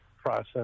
process